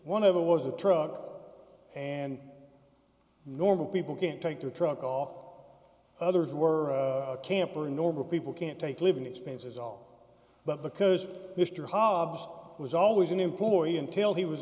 one of it was a truck and normal people can't take the truck off others were camper normal people can't take living expenses all but because mr hobbs was always an employee until he was